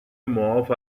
معاف